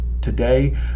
today